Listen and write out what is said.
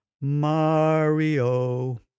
Mario